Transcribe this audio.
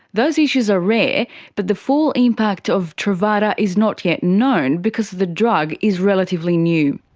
those issues are rare but the full impact of truvada is not yet known because the drug is relatively new.